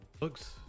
looks